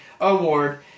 award